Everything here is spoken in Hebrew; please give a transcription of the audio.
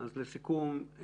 לסיכום,